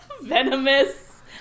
venomous